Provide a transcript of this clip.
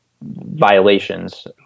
violations